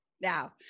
Now